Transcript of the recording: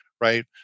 right